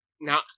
Now